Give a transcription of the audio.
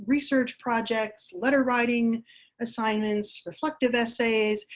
research projects, letter writing assignments, reflective essays,